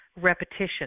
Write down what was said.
repetition